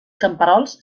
camperols